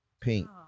pink